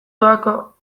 doako